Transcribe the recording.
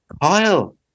Kyle